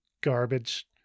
garbage